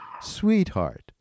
sweetheart